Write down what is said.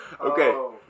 okay